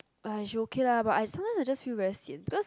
but she okay lah but sometime I feel very sian because